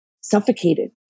suffocated